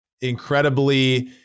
incredibly